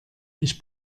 ich